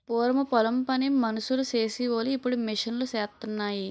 పూరము పొలం పని మనుసులు సేసి వోలు ఇప్పుడు మిషన్ లూసేత్తన్నాయి